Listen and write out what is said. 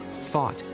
thought